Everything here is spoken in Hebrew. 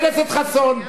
חבר הכנסת חסון,